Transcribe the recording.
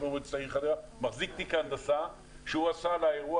חבר מאוד צעיר מחזיק תיק ההנדסה שהוא עשה על האירוע